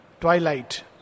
Twilight